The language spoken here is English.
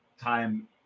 Time